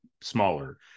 smaller